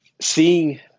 seeing